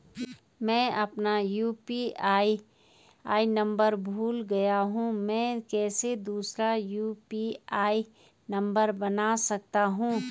मैं अपना UPI number भूल गया हूँ मैं कैसे दूसरा यु.पी.आई नम्बर बना सकता हूँ?